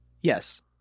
Yes